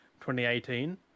2018